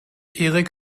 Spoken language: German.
erik